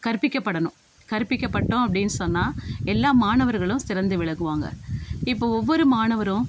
கற்பிக்கப்படணும் கற்பிக்கப்பட்டோம் அப்படின் சொன்னால் எல்லா மாணவர்களும் சிறந்து விளங்குவாங்க இப்போது ஒவ்வொரு மாணவரும்